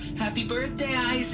happy birthday, isaac!